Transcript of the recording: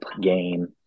game